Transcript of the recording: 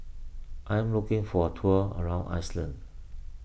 I am looking for a tour around Iceland